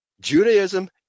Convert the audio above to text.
Judaism